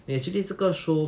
eh actually 这个 show